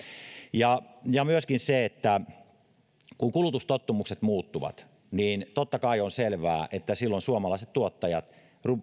ja ja myöskin kun kulutustottumukset muuttuvat niin totta kai on selvää että silloin suomalaiset tuottajat